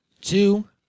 two